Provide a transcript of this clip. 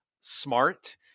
smart